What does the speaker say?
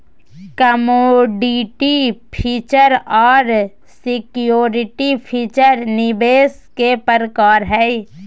commodity future आर security future निवेश के प्रकार हय